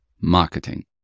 marketing